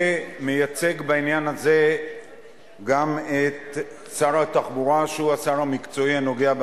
אני רוצה לומר שנושא החוק הזה היה ביני